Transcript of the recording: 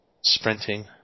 Sprinting